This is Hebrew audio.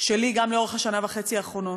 שלי גם, לאורך השנה וחצי האחרונות,